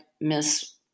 miss